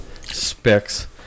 specs